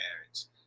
parents